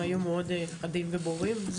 הם היו מאוד חדים וברורים.